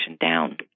down